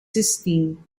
zestien